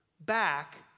Back